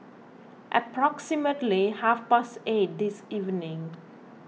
approximately half past eight this evening